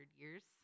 years